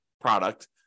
product